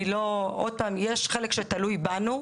יש חלק שתלוי בנו.